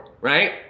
right